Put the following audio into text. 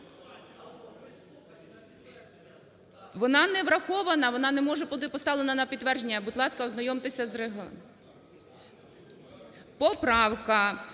Вона не врахована, вона не може бути поставлена на підтвердження. Будь ласка, ознайомтеся з Регла… Поправка